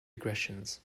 regressions